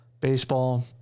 Baseball